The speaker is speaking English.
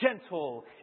gentle